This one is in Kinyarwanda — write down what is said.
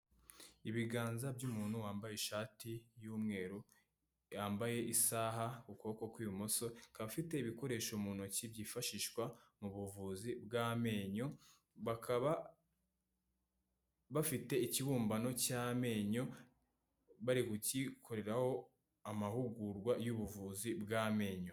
Ibiganza by'umuntu wambaye ishati y'umweru, yambaye isaha ku kuboko kw'ibumoso, akaba afite ibikoresho mu ntoki byifashishwa mu buvuzi bw'amenyo, bakaba bafite ikibumbano cy'amenyo bari kugikoreraho amahugurwa y'ubuvuzi bw'amenyo.